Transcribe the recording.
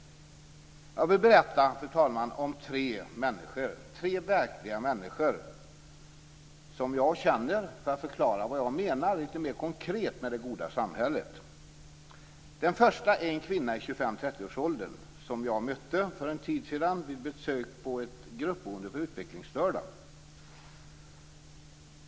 Jag vill berätta om tre människor, tre verkliga människor som jag känner, för att förklara lite mer konkret vad jag menar med det goda samhället. Den första är en kvinna i 25-30-årsåldern som jag mötte för en tid sedan vid ett besök på ett gruppboende för utvecklingsstörda.